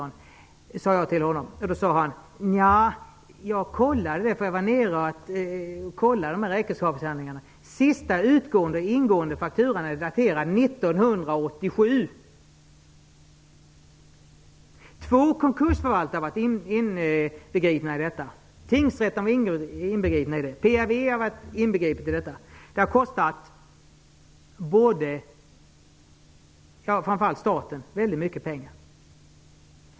Han uppgav då att han hade kollat räkenskapshandlingarna och funnit att sista ingående och utgående fakturor var daterade Två konkursförvaltare hade varit inkopplade på detta, likaså tingsrätten och PRV. Det hade kostat framför allt staten väldigt mycket pengar.